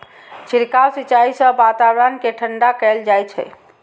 छिड़काव सिंचाइ सं वातावरण कें ठंढा कैल जाइ छै